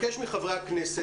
חברי הכנסת,